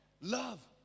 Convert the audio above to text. Love